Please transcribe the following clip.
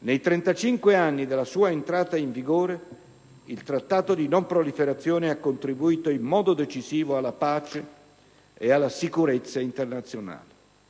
nei 35 anni dalla sua entrata in vigore il Trattato di non proliferazione ha contribuito in modo decisivo alla pace ed alla sicurezza internazionale.